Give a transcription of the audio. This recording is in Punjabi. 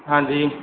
ਹਾਂਜੀ